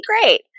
great